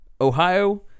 Ohio